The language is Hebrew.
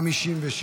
נתקבל.